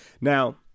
Now